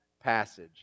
passage